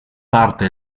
parte